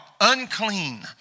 unclean